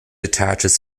attaches